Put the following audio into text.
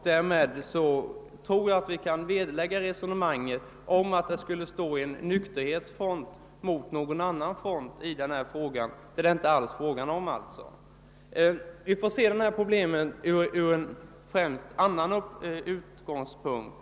Därmed tror jag att vi kan vederlägga resonemanget att det står en nykterhetsfront mot en annan front i denna fråga. Vi måste bedöma dessa problem med en annan utgångspunkt.